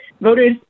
voters